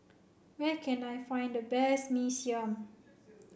where can I find the best Mee Siam